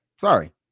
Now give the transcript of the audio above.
Sorry